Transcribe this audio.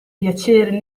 piaceri